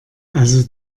also